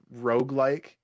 roguelike